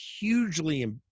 hugely